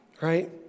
right